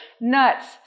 nuts